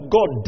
God